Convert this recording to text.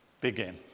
begin